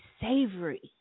savory